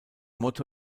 motto